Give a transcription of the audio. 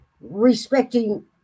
respecting